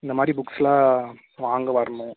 இந்த மாதிரி புக்ஸ்யெலாம் வாங்க வரணும்